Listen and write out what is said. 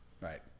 Right